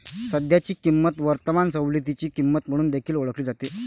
सध्याची किंमत वर्तमान सवलतीची किंमत म्हणून देखील ओळखली जाते